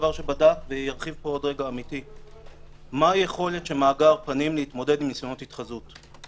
מה היכולת של מאגר פנים להתמודד עם ניסיונות התחזות,